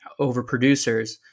overproducers